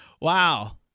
Wow